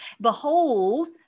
Behold